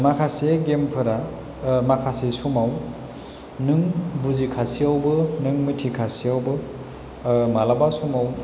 माखासे गेमफोरा माखासे समाव नों बुजिखासेआवबो नों मिथिखासेआवबो मालाबा समाव